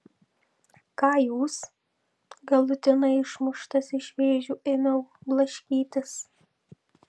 ką jūs galutinai išmuštas iš vėžių ėmiau blaškytis